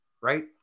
right